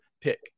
pick